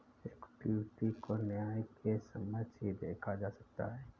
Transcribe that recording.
equity को न्याय के समक्ष ही देखा जा सकता है